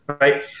right